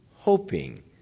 Hoping